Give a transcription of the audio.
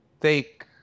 take